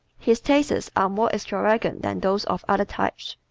his tastes are more extravagant than those of other types.